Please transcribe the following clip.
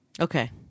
Okay